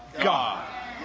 God